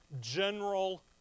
general